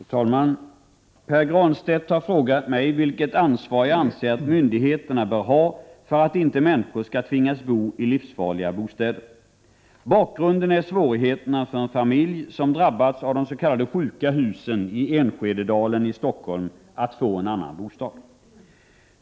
Fru talman! Pär Granstedt har frågat mig vilket ansvar jag anser att myndigheterna bör ha för att inte människor skall tvingas bo i livsfarliga bostäder. Bakgrunden är svårigheterna för en familj, som drabbats av de s.k. sjuka husen i Enskededalen i Stockholm, att få en annan bostad.